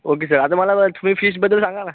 okay sir आता मला ना तुम्ही फिशबद्दल सांगा ना